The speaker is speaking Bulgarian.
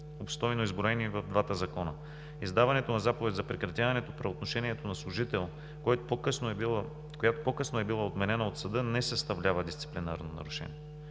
обстойно изброени в двата закона. Издаването на заповед за прекратяване правоотношението на служител, която по-късно е била отменена от съда, не съставлява дисциплинарно нарушение,